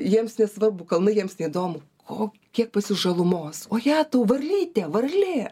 jiems nesvarbu kalnai jiems neįdomu ko kiek pas jus žalumos o jetau varlytė varlė